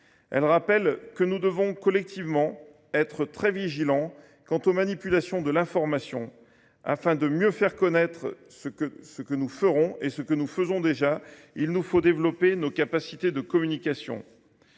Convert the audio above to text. Elle rappelle que nous devons collectivement être très vigilants quant aux manipulations de l’information. Afin de mieux faire connaître ce que nous faisons et ce que nous ferons, il nous faut développer nos capacités de communication.